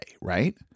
right